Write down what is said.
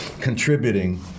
contributing